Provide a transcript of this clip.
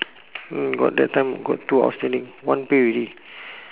no got that time got two outstanding one pay already